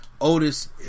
Otis